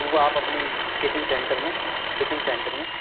वह आप अपनी किचेन सेंटर में टिफ़िन सेंटर में